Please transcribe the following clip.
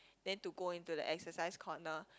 then to go into the exercise corner